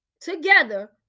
together